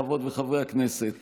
חברות וחברי הכנסת,